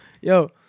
Yo